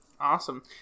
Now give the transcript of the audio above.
Awesome